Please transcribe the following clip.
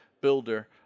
builder